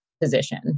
position